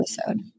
episode